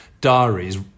diaries